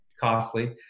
costly